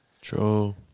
True